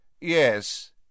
Yes